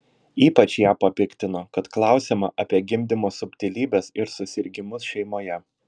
ypač ją papiktino kad klausiama apie gimdymo subtilybes ir susirgimus šeimoje